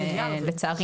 אבל לצערי